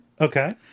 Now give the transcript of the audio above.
Okay